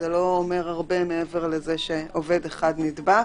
זה לא אומר הרבה מעבר לזה שעובד אחד נדבק.